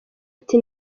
ati